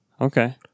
Okay